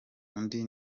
undi